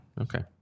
Okay